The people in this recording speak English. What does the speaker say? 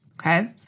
okay